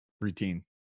routine